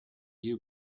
you